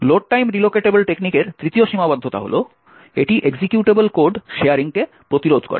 load time relocatable টেকনিকের তৃতীয় সীমাবদ্ধতা হল এটি এক্সিকিউটেবল কোড শেয়ারিং প্রতিরোধ করে